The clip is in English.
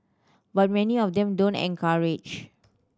but many of them don't encourage